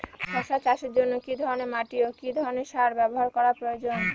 শশা চাষের জন্য কি ধরণের মাটি ও কি ধরণের সার ব্যাবহার করা প্রয়োজন?